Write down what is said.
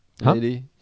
lady